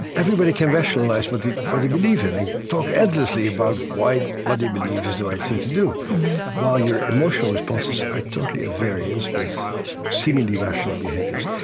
everybody can rationalize what they but believe in and talk endlessly about why what they believe is the right thing to do while your emotional responses are totally at variance with seemingly rational behaviors.